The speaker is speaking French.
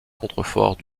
contreforts